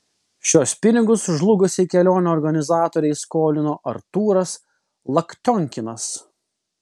šiuos pinigus žlugusiai kelionių organizatorei skolino artūras laktionkinas